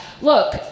look